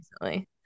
recently